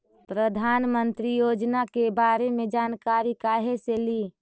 प्रधानमंत्री योजना के बारे मे जानकारी काहे से ली?